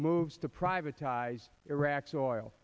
moves to privatized iraq's oil